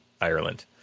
Ireland